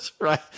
right